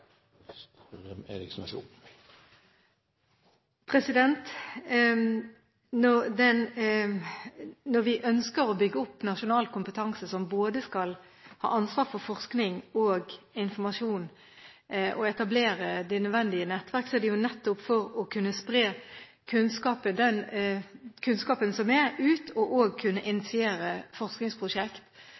fra helsemyndighetene til dette. Når vi ønsker å bygge opp nasjonal kompetanse som både skal ha ansvar for forskning og informasjon og etablere det nødvendige nettverk, er det jo nettopp for å kunne spre den kunnskapen som er, ut, og også kunne initiere